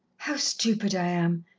how stupid i am,